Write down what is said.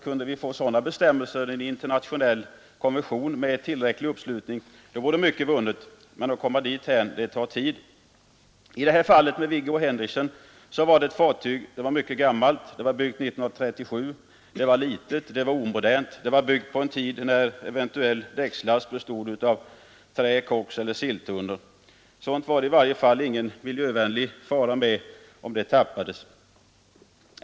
Kan vi få sådana bestämmelser, t.ex. en internationell konvention med tillräcklig uppslutning, så är mycket vunnet. Men att komma dithän tar tid! I fallet Viggo Hinrichsen var fartyget mycket gammalt. Det byggdes 1937, det var litet, omodernt och tillkommet vid en tid då den eventuella däckslasten bestod av trä, koks eller silltunnor, och om man tappade sådan last i havet innebar det i varje fall ingen miljöfara.